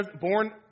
born